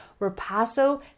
ripasso